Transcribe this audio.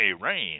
rain